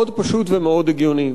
מאוד פשוט ומאוד הגיוני,